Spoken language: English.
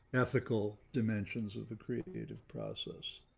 ethical dimensions of the creative process.